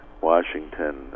Washington